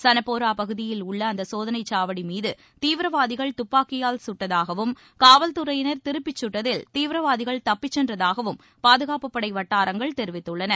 சனப்போரா பகுதியில் உள்ள அந்த சோதனைச் சாவடி மீது தீவிரவாதிகள் துப்பாக்கியால் குட்டதாகவும் காவல்துறையினர் திருப்பிச் குட்டதில் தீவிரவாதிகள் தப்பிச் சென்றதாகவும் பாதுகாப்புப்படை வட்டாரங்கள் தெரிவித்துள்ளன